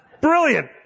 Brilliant